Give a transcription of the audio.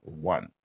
one